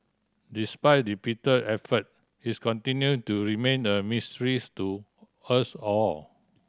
despite repeated effort his continue to remain a mystery to us all